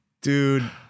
Dude